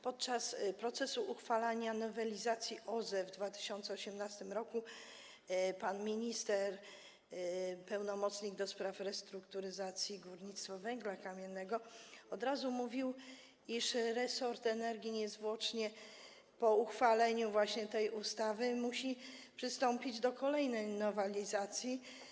Podczas procesu uchwalania nowelizacji OZE w 2018 r. pan minister, pełnomocnik do spraw restrukturyzacji górnictwa węgla kamiennego, od razu mówił, iż resort energii niezwłocznie po uchwaleniu tej ustawy musi przystąpić do kolejnej nowelizacji.